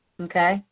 okay